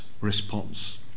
response